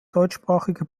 deutschsprachige